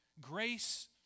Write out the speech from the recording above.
Grace